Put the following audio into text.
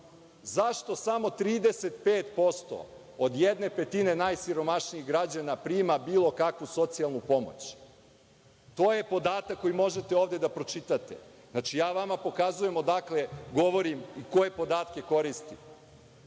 zašto samo 35% od 1/5 najsiromašnijih građana prima bilo kakvu socijalnu pomoć? To je podatak koji možete ovde da pročitate. Znači, ja vama pokazujem odakle govorim i koje podatke koristim.